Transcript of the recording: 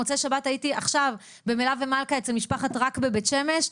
מוצאי שבת הייתי עכשיו במלווה מלכה אצל משפחת ראק בבית שמש,